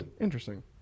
Interesting